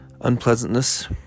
unpleasantness